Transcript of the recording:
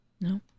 No